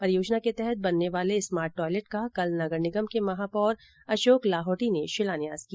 परियोजना के तहत बनने वाले स्मार्ट टॉयलेट का कल नगर निगम के महापौर अशोक लाहोटी विधायक ने शिलान्यास किया